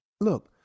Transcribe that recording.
Look